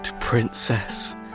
princess